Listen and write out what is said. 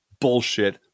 bullshit